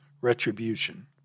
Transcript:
retribution